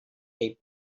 big